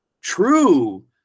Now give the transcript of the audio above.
true